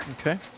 okay